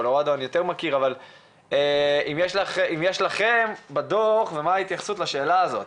אם יש לכם את זה בדו"ח ומה ההתייחסות לשאלה הזו.